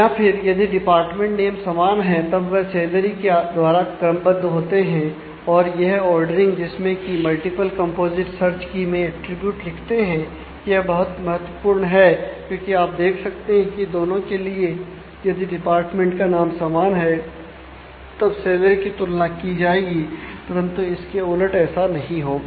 या फिर यदि डिपार्टमेंट नेम लिखते हैं यह बहुत महत्वपूर्ण है क्योंकि आप देख सकते हैं कि दोनों के लिए यदि डिपार्टमेंट का नाम समान है तब सैलरी की तुलना की जाएगी परंतु इसके उलट ऐसा नहीं होगा